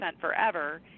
forever